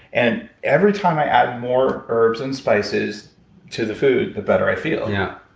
and every time i add more herbs and spices to the food, the better i feel yeah.